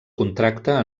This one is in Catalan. contracta